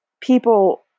People